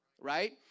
right